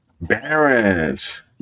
Barons